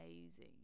amazing